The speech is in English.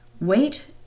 Wait